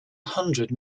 hundred